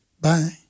Bye